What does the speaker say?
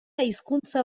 hizkuntza